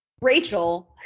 Rachel